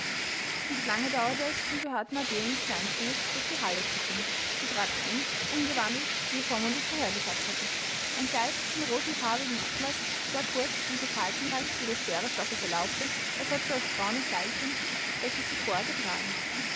nicht lange dauerte es und wir hörten adelens kleinen fuß durch die halle trippeln sie trat ein umgewandelt wie ihr vormund es vorher gesagt hatte ein kleid von rosenfarbigem atlas sehr kurz und so faltenreich wie der schwere stoff es erlaubte ersetzte das braune kleidchen welches sie vorher